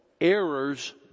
errors